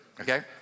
okay